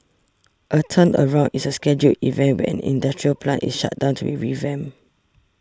a turnaround is a scheduled event where an industrial plant is shut down to be revamped